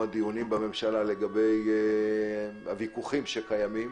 הדיונים בממשלה לגבי הוויכוחים שקיימים,